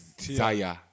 Zaya